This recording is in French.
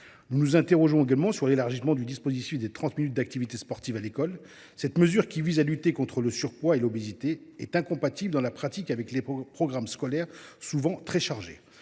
Nous nous interrogeons également sur l’élargissement du dispositif des trente minutes d’activité sportive quotidienne à l’école. Cette mesure, qui vise à lutter contre le surpoids et l’obésité, est incompatible dans la pratique avec les programmes scolaires, souvent très chargés.